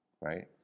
right